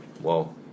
Whoa